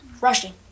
rushing